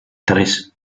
tres